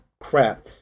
crap